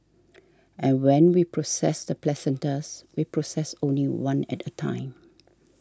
and when we process the placentas we process only one at a time